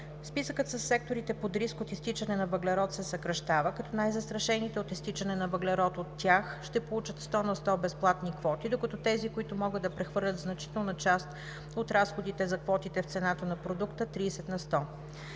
Списъкът със секторите под риск от изтичане на въглерод се съкращава, като най-застрашените от изтичане на въглерод от тях ще получат 100 на сто безплатни квоти, докато тези, които могат да прехвърлят значителна част от разходите за квотите в цената на продукта – 30 на сто.